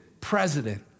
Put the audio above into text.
president